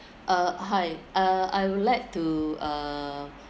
uh hi uh I would like to uh